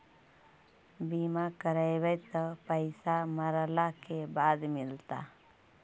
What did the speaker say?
बिमा करैबैय त पैसा मरला के बाद मिलता?